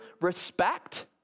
respect